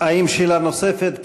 שאלה נוספת?